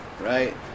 right